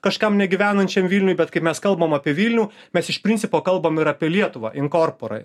kažkam negyvenančiam vilniuj bet kai mes kalbam apie vilnių mes iš principo kalbam ir apie lietuvą inkorporoj